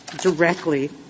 directly